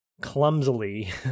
clumsily